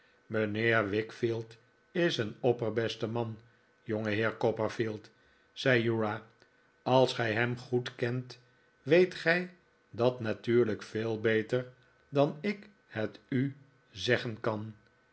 mijnheer wickfield is eeri opperbeste man jongeheer copperfield zei uriah als gij hem goed kent weet gij dat natuurlijk veel beter dan ik het u zeggen kan